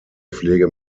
pflege